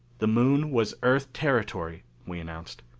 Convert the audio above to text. the moon was earth territory, we announced,